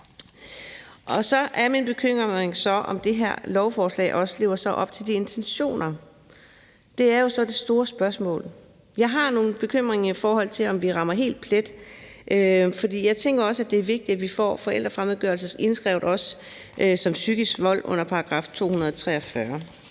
Så er min bekymring, om det her lovforslag så også lever op til de intentioner. Det er jo så det store spørgsmål. Jeg har nogle bekymringer, i forhold til om vi rammer helt plet, for jeg tænker også, at det er vigtigt, at vi får forældrefremmedgørelse indskrevet som psykisk vold under § 243.